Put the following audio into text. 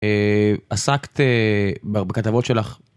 עסקת בכתבות שלך.